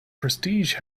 prestige